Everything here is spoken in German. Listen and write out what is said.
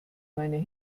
meine